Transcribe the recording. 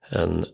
en